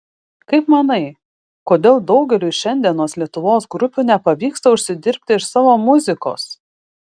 kaip manai kodėl daugeliui šiandienos lietuvos grupių nepavyksta užsidirbti iš savo muzikos